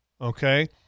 okay